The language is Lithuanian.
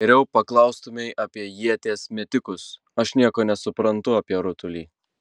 geriau paklaustumei apie ieties metikus aš nieko nesuprantu apie rutulį